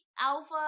alpha